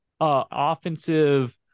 offensive